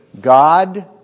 God